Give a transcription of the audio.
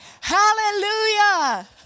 Hallelujah